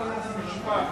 חוק ומשפט.